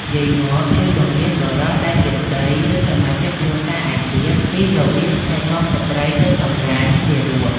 យាយម៉បជួយបង្រៀនបុរសដែលជាប្ដី ឬ សមាជិកគ្រួសារឯទៀតពីរបៀបថែទាំស្ត្រីទើបសម្រាល និងទារក។